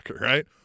right